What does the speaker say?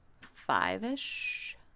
Five-ish